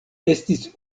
estis